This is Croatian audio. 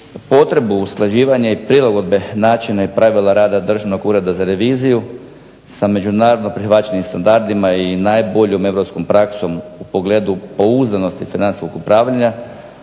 Potrebu usklađivanja i prilagodbe načina i pravila rada Državnog ureda za reviziju sa međunarodno prihvaćenim standardima i najboljom europskom praksom u pogledu pouzdanosti ... upravljanja